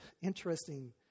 interesting